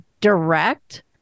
direct